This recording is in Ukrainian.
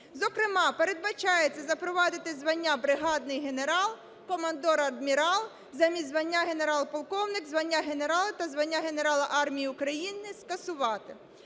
Зокрема, передбачається запровадити звання бригадний генерал, командор-адмірал замість звання генерал-полковник, звання генерал та звання генерал армії України – скасувати.